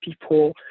people